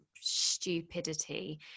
stupidity